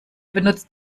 benutzt